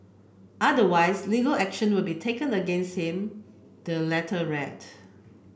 otherwise legal action will be taken against him the letter read